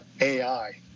AI